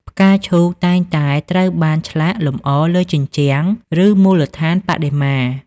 ផ្កាឈូកតែងតែត្រូវបានឆ្លាក់លម្អលើជញ្ជាំង ឬមូលដ្ឋានបដិមា។